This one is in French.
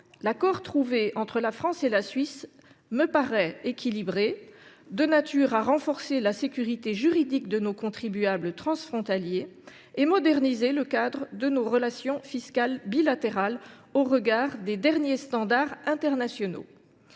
l’accord trouvé entre la France et la Suisse me paraît équilibré et de nature à renforcer la sécurité juridique de nos contribuables transfrontaliers ainsi qu’à moderniser le cadre de nos relations fiscales bilatérales au regard des derniers standards internationaux.